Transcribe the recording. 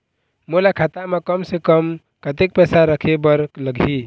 मोला खाता म कम से कम कतेक पैसा रखे बर लगही?